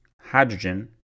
hydrogen